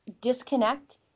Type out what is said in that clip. disconnect